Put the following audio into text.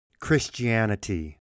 Christianity